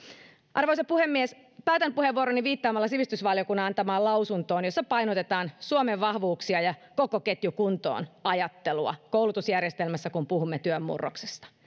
arvoisa puhemies päätän puheenvuoroni viittaamalla sivistysvaliokunnan antamaan lausuntoon jossa painotetaan suomen vahvuuksia ja koko ketju kuntoon ajattelua koulutusjärjestelmässä kun puhumme työn murroksesta